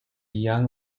young